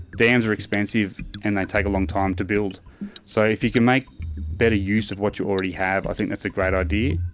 dams are expensive and they take a long time to build so if you can make better use of what you already have i think that's a great idea.